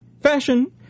Fashion